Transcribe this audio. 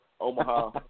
Omaha